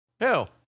Hell